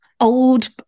old